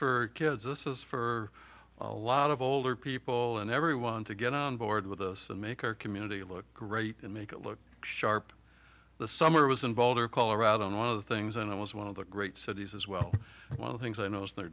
for kids this is for a lot of older people and everyone to get on board with us and make our community look great and make it look sharp the summer was in boulder colorado and one of the things and it was one of the great cities as well while the things i noticed there